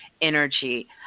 energy